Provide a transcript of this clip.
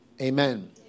Amen